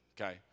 okay